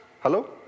Hello